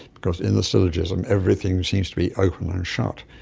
because in the syllogism everything seems to be open and shut.